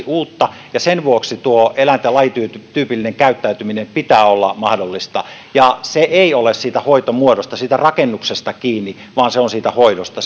uutta ja sen vuoksi tuon eläinten lajityypillisen käyttäytymisen pitää olla mahdollista ja se ei ole siitä hoitomuodosta siitä rakennuksesta kiinni vaan se on siitä hoidosta